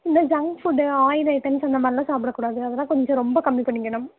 இந்த junk food oil items அந்த மாதிரிலாம் சாப்பிடக்கூடாது அதெல்லாம் கொஞ்சம் ரொம்ப கம்மி பண்ணிக்கணும்